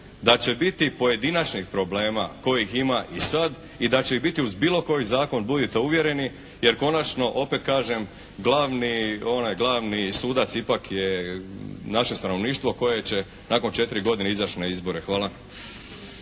da će biti pojedinačnih problema kojih ima i sad i da će ih biti uz bilo koji zakon budite uvjereni. Jer konačno opet kažem glavni, onaj glavni sudac ipak je naše stanovništvo koje će nakon 4 godine izaći na izbore. Hvala.